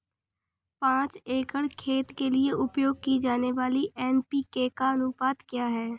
पाँच एकड़ खेत के लिए उपयोग की जाने वाली एन.पी.के का अनुपात क्या है?